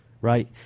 right